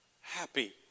happy